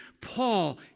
Paul